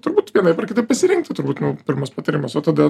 turbūt vienaip ar kitaip pasirinkti turbūt nu pirmas patarimas o tada